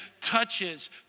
touches